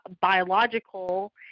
biological